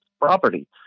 property